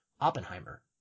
Oppenheimer